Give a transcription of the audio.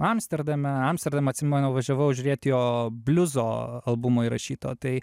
amsterdame į amsterdamą atsimenu važiavau žiūrėt jo bliuzo albumo įrašyto tai